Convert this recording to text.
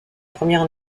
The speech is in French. première